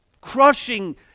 crushing